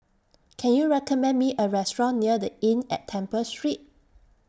Can YOU recommend Me A Restaurant near The Inn At Temple Street